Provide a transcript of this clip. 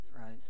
right